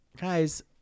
Guys